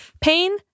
pain